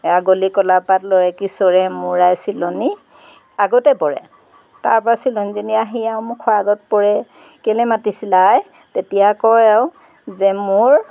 আগলী কলাপাত লৰে কি চৰে মোৰ আই চিলনী আগতে পৰে তাৰপৰা চিলনীজনী আহি আৰু মুখৰ আগত পৰে কেলৈ মাতিছিলা আই তেতিয়া কয় আৰু যে মোৰ